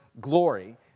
glory